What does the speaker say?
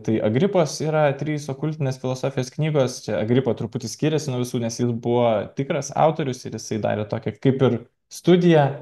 tai agripas yra trys okultinės filosofijos knygos čia agripo truputį skiriasi nuo visų nes jis buvo tikras autorius ir jisai davė tokią kaip ir studiją